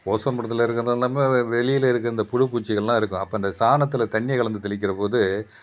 ozone படலத்தில் இருக்கிறதுனால நம்ம வெளியில் இருக்கிற இந்த புழு பூச்சிகள்லாம் இருக்கும் அப்போ அந்த சாணத்தில் தண்ணியை கலந்து தெளிக்கிறபோது